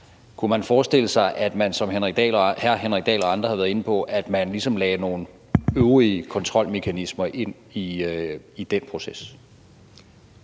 Kunne man forestille sig, at man, som hr. Henrik Dahl og andre har været inde på, ligesom lagde nogle øvrige kontrolmekanismer ind i den proces?